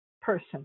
person